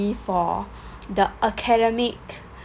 for the academic